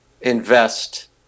invest